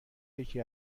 یکی